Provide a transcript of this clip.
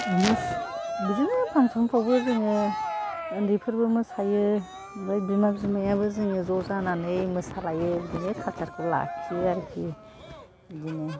बिदिनो फांसनफ्रावबो जोङो उन्दैफोरबो मोसायो ओमफ्राय बिमा बिमायाबो जोङो ज' जानानै मोसालायो बिदिनो कालसार खौ लाखियो आरिखि बिदिनो